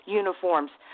uniforms